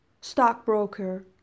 stockbroker